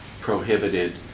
prohibited